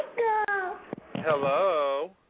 Hello